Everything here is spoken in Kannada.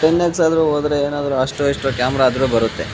ಟೆನ್ ಎಕ್ಸ್ ಆದರೂ ಹೋದ್ರೆ ಏನಾದರೂ ಅಷ್ಟೋ ಇಷ್ಟೋ ಕ್ಯಾಮ್ರಾ ಆದರೂ ಬರುತ್ತೆ